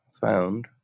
found